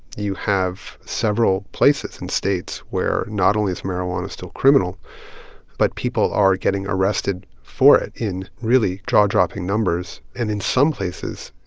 you have several places and states where not only is marijuana still criminal but people are getting arrested for it in really jaw-dropping numbers and, in some places,